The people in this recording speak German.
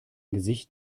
gesicht